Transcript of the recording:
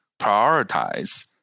prioritize